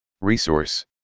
Resource